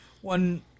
one